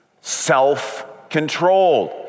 self-controlled